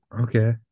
Okay